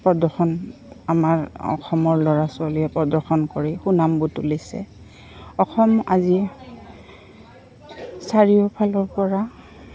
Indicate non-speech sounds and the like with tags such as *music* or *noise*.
প্ৰদৰ্শন আমাৰ অসমৰ ল'ৰা ছোৱালীয়ে প্ৰদৰ্শন কৰি সুনাম *unintelligible* তুলিছে অসম আজি চাৰিওফালৰপৰা